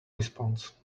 response